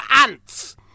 ants